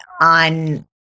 on